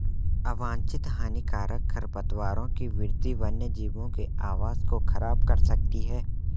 अवांछित हानिकारक खरपतवारों की वृद्धि वन्यजीवों के आवास को ख़राब कर सकती है